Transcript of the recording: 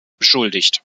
beschuldigt